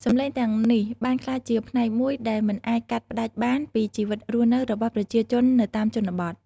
សំឡេងទាំងនេះបានក្លាយជាផ្នែកមួយដែលមិនអាចកាត់ផ្ដាច់បានពីជីវិតរស់នៅរបស់ប្រជាជននៅតាមជនបទ។